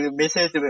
message